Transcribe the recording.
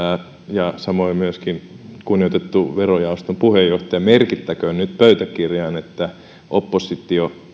ja samoin myöskin kunnioitettu verojaoston puheenjohtaja merkittäköön nyt pöytäkirjaan että oppositio